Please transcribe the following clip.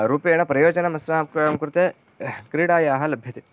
रूपेण प्रयोजनमस्माकं कृते क्रीडायाः लभ्यते